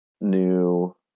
new